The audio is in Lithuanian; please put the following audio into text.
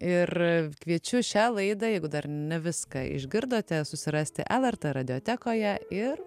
ir kviečiu šią laidą jeigu dar ne viską išgirdote susirasti lrt radiotekoje ir